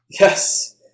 Yes